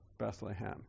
Bethlehem